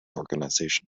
organization